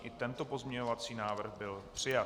I tento pozměňovací návrh byl přijat.